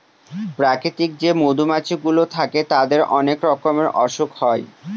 প্রাকৃতিক যে মধুমাছি গুলো থাকে তাদের অনেক রকমের অসুখ হয়